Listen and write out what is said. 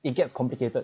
it gets complicated